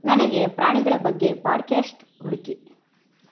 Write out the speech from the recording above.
ನನಗೆ ಪ್ರಾಣಿಗಳ ಬಗ್ಗೆ ಪಾಡ್ಕ್ಯಾಸ್ಟ್ ಹುಡುಕಿ